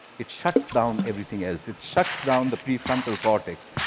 it shuts down everything else, it shuts down the prefrontal cortex,